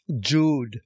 Jude